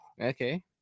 Okay